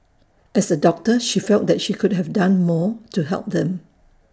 as A doctor she felt she could have done more to help them